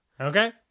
Okay